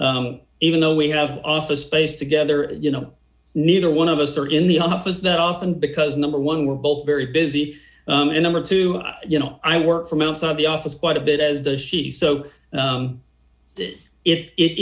even though we have office space together and you know neither one of us are in the office that often because number one we're both very busy and number two you know i work from outside the office quite a bit as does she so if it